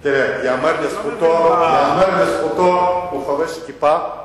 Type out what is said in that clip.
תראה, ייאמר לזכותו, הוא חובש כיפה,